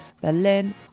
Berlin